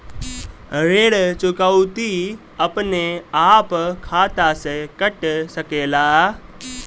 ऋण चुकौती अपने आप खाता से कट सकेला?